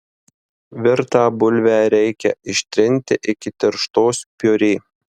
virtą bulvę reikia ištrinti iki tirštos piurė